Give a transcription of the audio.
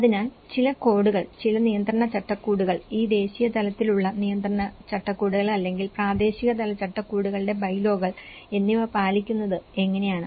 അതിനാൽ അത് ചില കോഡുകൾ ചില നിയന്ത്രണ ചട്ടക്കൂടുകൾ ഈ ദേശീയ തലത്തിലുള്ള നിയന്ത്രണ ചട്ടക്കൂടുകൾ അല്ലെങ്കിൽ പ്രാദേശിക തല ചട്ടക്കൂടുകളുടെ ബൈലോകൾ എന്നിവ പാലിക്കുന്നത് എങ്ങനെയാണ്